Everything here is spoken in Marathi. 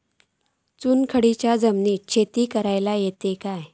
चुनखडीयेच्या जमिनीत शेती करुक येता काय?